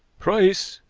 price!